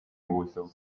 өгүүлэв